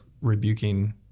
rebuking